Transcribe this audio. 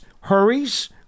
hurries